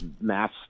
mass